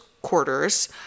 quarters